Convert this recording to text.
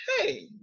hey